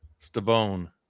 Stabone